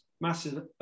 Massive